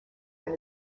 and